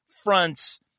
Fronts